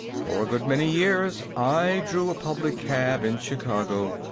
for a good many years i drew a public cab in chicago,